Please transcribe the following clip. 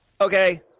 Okay